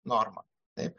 norma taip